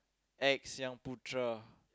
X Xyung Putra